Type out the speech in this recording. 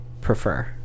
prefer